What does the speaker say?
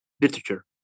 literature